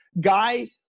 Guy